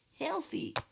healthy